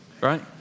right